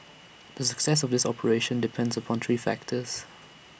the success of this operation depends upon three factors